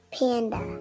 panda